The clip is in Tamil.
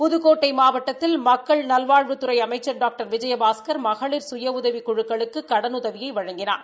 புதுக்கோட்டை மாவட்டத்தில் மக்கள் நல்வாழ்வுத்துறை அமைச்சள் டாக்டர் விஜயபாஸ்கள் மகளிர் சுய உதவி குழுக்களுக்கு கடனுதவியை வழங்கினார்